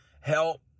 help